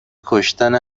کشتن